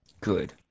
Good